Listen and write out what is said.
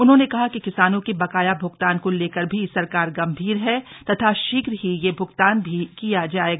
उन्होंने कहा कि किसानों के बकाया भुगतान को लेकर भी सरकार गंभीर है तथा शीघ्र ही यह भुगतान भी किया जाएगा